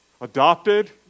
Adopted